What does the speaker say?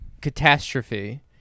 catastrophe